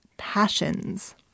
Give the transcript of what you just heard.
Passions